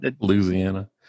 Louisiana